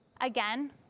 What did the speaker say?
Again